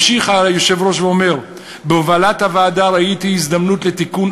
ממשיך היושב-ראש ואומר: "בהובלת הוועדה ראיתי הזדמנות לתיקון